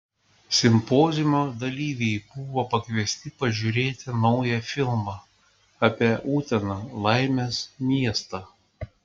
simpoziumo dalyviai buvo pakviesti pažiūrėti naują filmą apie uteną laimės miestą